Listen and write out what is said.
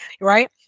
Right